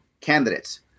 candidates